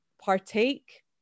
partake